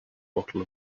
bottle